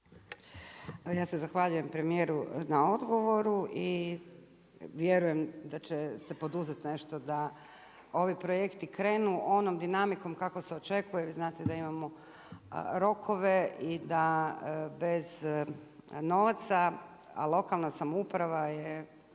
ja se zahvaljujem premijeru na odgovoru i vjerujem da će se poduzeti nešto da ovi projekti krenu onom dinamikom kako se očekuje, vi znate da imamo rokove i da bez novaca a lokalna samouprava je,